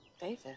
David